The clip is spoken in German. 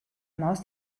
maus